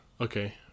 Okay